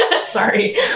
Sorry